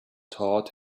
taught